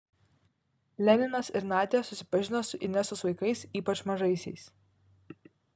leninas ir nadia susipažino su inesos vaikais ypač mažaisiais